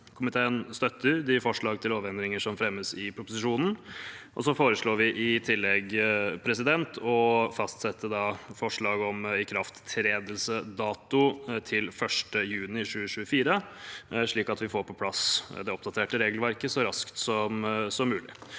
Komiteen støtter de forslag til lovendringer som fremmes i proposisjonen, og så foreslår vi i tillegg å fastsette forslag om ikrafttredelsesdato til 1. juni 2024, slik at vi får på plass det oppdaterte regelverket så raskt som mulig.